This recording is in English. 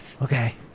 okay